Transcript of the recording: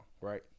Right